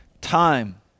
time